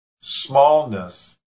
smallness